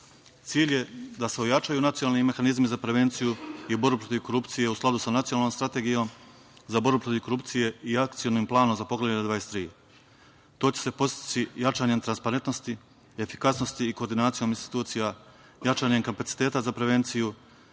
je da se ojačaju nacionalni mehanizmi za prevenciju i borbu protiv korupcije u skladu sa Nacionalnom strategijom za borbu protiv korupcije i Akcionim planom za Poglavlje 23. To će se postići jačanjem transparentnosti, efikasnosti kod nacionalnih institucija, jačanjem kapaciteta za prevenciju,